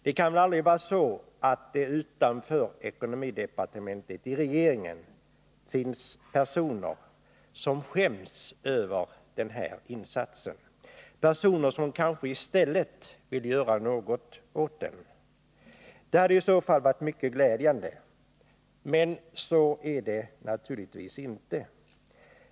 Det kan väl aldrig vara så, att det utanför ekonomidepartementet i regeringen finns personer som skäms över den här insatsen — personer som kanske i stället vill göra något åt den? Det hade i så fall varit mycket glädjande. Men så är det naturligtvis inte.